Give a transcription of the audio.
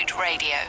Radio